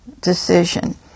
decision